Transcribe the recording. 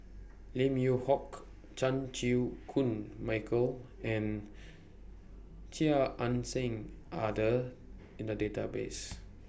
Lim Yew Hock Chan Chew Koon Michael and Chia Ann Siang Are The in The Database